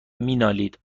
مینالید